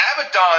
Abaddon